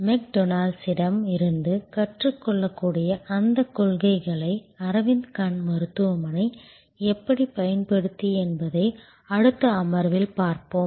மெக்டொனால்ட்ஸிடம் இருந்து கற்றுக் கொள்ளக்கூடிய அந்தக் கொள்கைகளை அரவிந்த் கண் மருத்துவமனை எப்படிப் பயன்படுத்தியது என்பதை அடுத்த அமர்வில் பார்ப்போம்